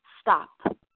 stop